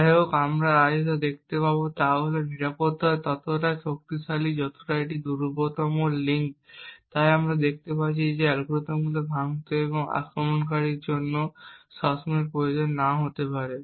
যাইহোক আমরা আজ যা দেখব তা হল নিরাপত্তা ততটাই শক্তিশালী যতটা এটি দুর্বলতম লিঙ্ক তাই আমরা দেখতে পাচ্ছি যে অ্যালগরিদমগুলি ভাঙতে আক্রমণকারীদের জন্য সবসময় প্রয়োজন নাও হতে পারে